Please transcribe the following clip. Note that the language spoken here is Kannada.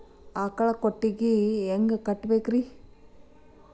ಆಕಳ ಕೊಟ್ಟಿಗಿ ಹ್ಯಾಂಗ್ ಕಟ್ಟಬೇಕ್ರಿ?